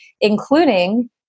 including